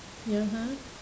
ya !huh!